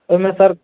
ओहिमे सर